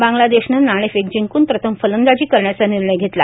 बांग्लादेशनं नाणेफेक जिंकून प्रथम फलंदाजी करण्याचा निर्णय घेतला